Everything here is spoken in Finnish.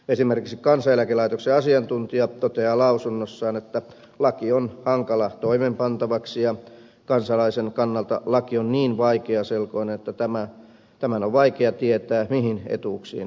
esimerkiksi kansaneläkelaitoksen asiantuntija toteaa lausunnossaan että laki on hankala toimeenpantavaksi ja kansalaisen kannalta niin vaikeaselkoinen että tämän on vaikea tietää mihin etuuksiin hän on oikeutettu